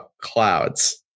clouds